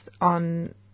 on